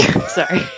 Sorry